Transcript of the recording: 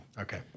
Okay